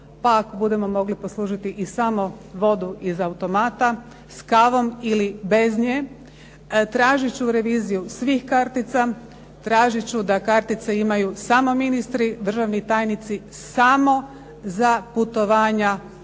pa ako budemo mogli poslužiti i samo vodu iz automata s kavom ili bez nje, tražit ću reviziju svih kartica, tražit ću da kartice imaju samo ministri, državni tajnici, samo za putovanja u